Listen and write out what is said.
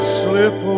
slip